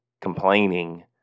complaining